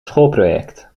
schoolproject